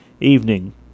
evening